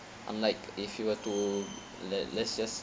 unlike if you were to let let's just